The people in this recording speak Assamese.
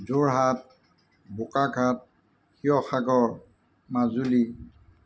যোৰহাট বোকাঘাট শিৱসাগৰ মাজুলী